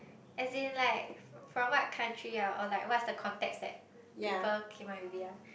as in like from what country ah or like what's the context that people came up with it ah